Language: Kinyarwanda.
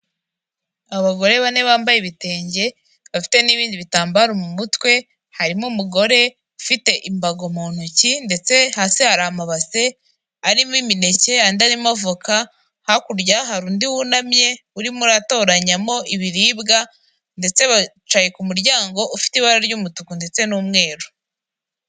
Abagore bane bambaye ibitenge, bafite n'ibindi bitambaro mu mutwe, harimo umugore ufite imbago mu ntoki, ndetse hasi hari amabase arimo imineke, andi arimo avoka, hakurya hari undi wunamye, urimo utoranyamo ibiribwa, ndetse bicaye ku muryango ufite ibara ry'umutuku ndetse n'umweru.